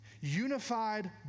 Unified